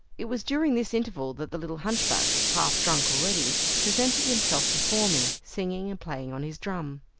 it was during this interval that the little hunchback, half drunk already, presented himself before me, singing and playing on his drum.